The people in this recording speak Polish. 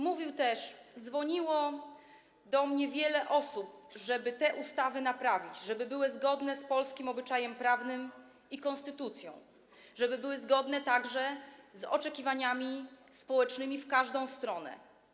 Mówił też: Dzwoniło do mnie wiele osób, żeby te ustawy naprawić, żeby były zgodne z polskim obyczajem prawnym i konstytucją, żeby były zgodne także z oczekiwaniami społecznymi w każdą stronę.